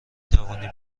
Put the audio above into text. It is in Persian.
توانی